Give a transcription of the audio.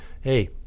hey